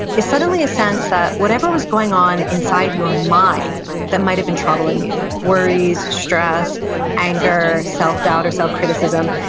is suddenly a sense that whatever was going on inside your mind that might have been troubling you, worries, stress anger, self-doubt or self-criticism,